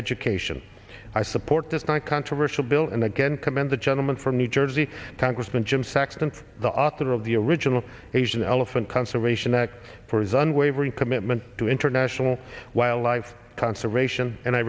education i support this non controversial bill and again commend the gentleman from new jersey congressman jim saxton the author of the original asian elephant conservation that for his unwavering commitment to international wildlife conservation and i